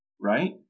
right